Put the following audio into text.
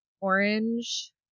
Orange